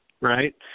Right